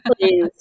Please